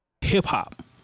hip-hop